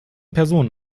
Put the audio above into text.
personen